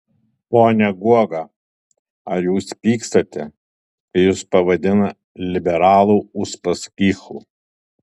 pone guoga ar jūs pykstate kai jus pavadina liberalų uspaskichu